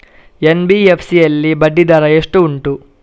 NBFC ಯಲ್ಲಿ ಬಡ್ಡಿ ದರ ಎಷ್ಟು ಉಂಟು?